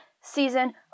season